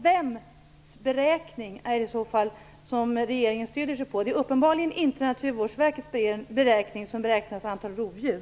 Vems beräkning är det som regeringen stöder sig på? Det är uppenbarligen inte Naturvårdsverkets beräkning, som utgår från antalet rovdjur.